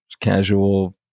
casual